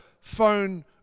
phone